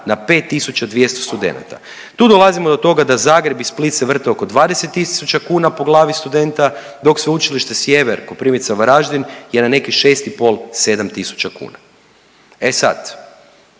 na 5.200 studenata. Tu dolazimo do toga da Zagreb i Split se vrte oko 20.000 kuna po glavi studenta dok Sveučilište Sjever Koprivnica, Varaždin je na nekih 6,5, 7.000 kuna. E sad,